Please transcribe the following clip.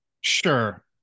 sure